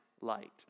light